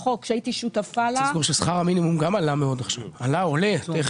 צריך לזכור ששכר המינימום עולה ב-1 במאי.